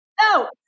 no